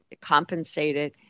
compensated